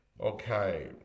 okay